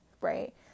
right